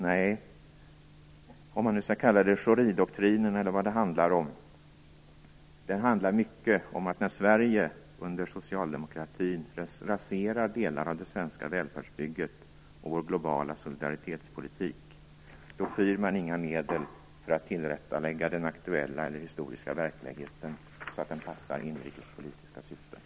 Nej, om det nu skall kallas Schoridoktrinen eller något annat, handlar det mycket om att när Sverige under socialdemokratin raserar delar av det svenska välfärdsbygget och vår globala solidaritetspolitik skyr man inga medel för att tillrättalägga den aktuella eller historiska verkligheten så att den passar inrikespolitiska syften.